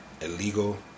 illegal